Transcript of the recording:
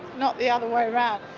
not the other way around.